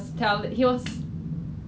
then you times three